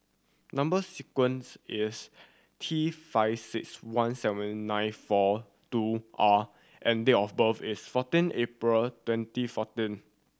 number sequence is T five six one seven nine four two R and date of birth is fourteen April twenty fourteen